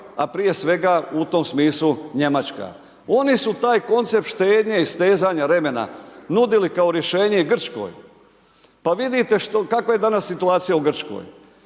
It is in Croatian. a prije svega u tom smislu Njemačka. One su taj koncept štednje i stezanja remena nudili i kao rješenje Grčkoj. Pa vidite kakva je danas situacija u Grčkoj.